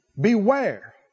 Beware